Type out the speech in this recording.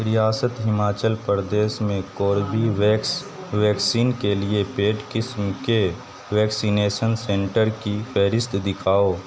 ریاست ہماچل پردیش میں Corbevax vaccine کے لیے پیڈ قسم کے ویکسینیشن سنٹر کی فہرست دکھاؤ